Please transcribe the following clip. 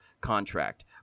contract